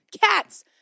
Cats